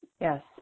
yes